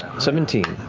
seventeen.